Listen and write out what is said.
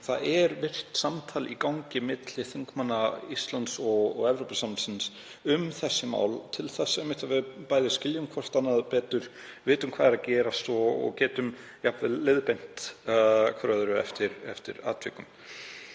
það er virkt samtal í gangi milli þingmanna Íslands og Evrópusambandsins um þessi mál til þess einmitt að við skiljum hvert annað betur, vitum hvað er að gerast og getum jafnvel leiðbeint hvert öðru eftir atvikum.